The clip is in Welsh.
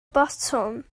botwm